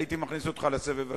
הייתי מכניס אותך לסבב השני.